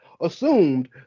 assumed